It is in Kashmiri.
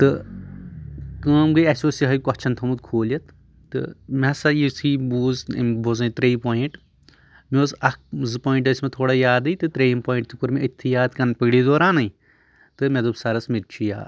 تہٕ کٲم گٔیے اسہِ اوس یِہوے کوشچن تھومُت کھوٗلِتھ تہٕ مےٚ سا یِتُھے بوٗز أمۍ بوزنٲو ترے پوٚیِنٛٹ مےٚ اوس اکھ زٕ پوٚیِنٛٹ ٲسۍ مےٚ یادٕے تہٕ تریم پوٚیِنٛٹ تہِ کوٚر مےٚ أتھٕے یادٕ کَنہٕ پٔکڑی دورانے تہٕ مےٚ دوٚپ سرس مےٚ تہِ چھُ یاد